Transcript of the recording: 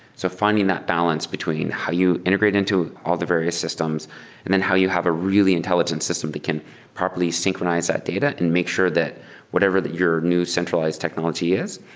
so finding that balance between how you integrate into all the various systems and then how you have a really intelligent system that can properly synchronize that data and make sure that whatever that your new centralized technology is,